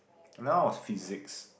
another one was physics